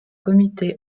comité